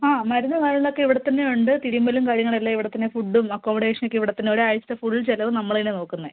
ആ മരുന്നും കാര്യങ്ങളുമൊക്കെ ഇവിടെ തന്നെ ഉണ്ട് തിരുമ്മലും കാര്യങ്ങളും എല്ലാം ഇവിടെ തന്നെ ഫുഡും അക്കോമഡേഷൻ ഒക്കെ ഇവിടെ തന്നെ ഒരാഴ്ചത്ത ഫുൾ ചിലവും നമ്മൾ തന്നെ നോക്കുന്നത്